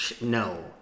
no